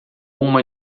uma